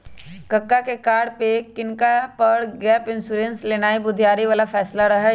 कक्का के कार के किनला पर गैप इंश्योरेंस लेनाइ बुधियारी बला फैसला रहइ